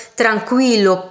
tranquillo